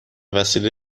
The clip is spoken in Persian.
وسیله